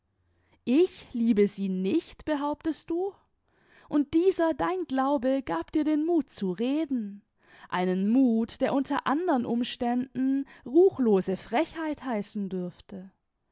ich liebe sie nicht behauptest du und dieser dein glaube gab dir den muth zu reden einen muth der unter andern umständen ruchlose frechheit heißen dürfte